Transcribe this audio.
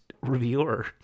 reviewer